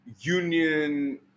union